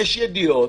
יש ידיעות,